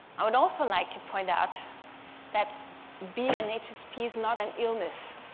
i would also like to point out that being an hsp is not an illness,